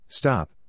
stop